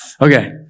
Okay